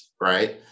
right